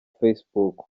facebook